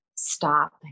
stop